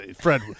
Fred